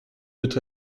doit